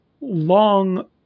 long